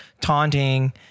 taunting